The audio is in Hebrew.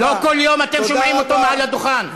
לא כל יום אתם שומעים אותו מעל הדוכן.